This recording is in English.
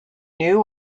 new